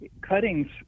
cuttings